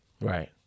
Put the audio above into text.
right